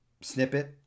snippet